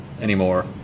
anymore